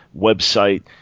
website